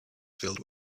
filled